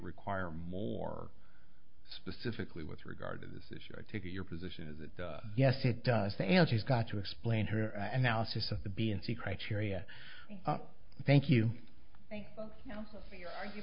require more specifically with regard to this issue i take it your position is that yes it does and she's got to explain her analysis of the b and c criteria thank you thank you